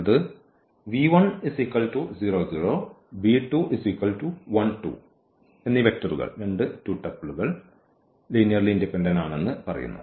അത് എന്നീ വെക്റ്ററുകൾ ലീനിയർലി ഇൻഡിപെൻഡന്റ് ആണെന്ന് പറയുന്നു